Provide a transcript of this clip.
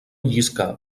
lliscar